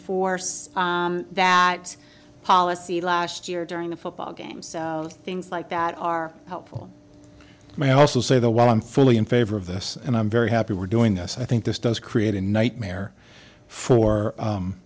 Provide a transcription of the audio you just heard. force that policy last year during the football games things like that are helpful and i also say that while i'm fully in favor of this and i'm very happy we're doing this i think this does create a nightmare for